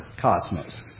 cosmos